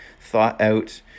thought-out